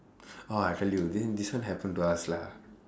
orh I tell you then this one happen to us lah